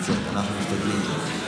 אנחנו משתדלים.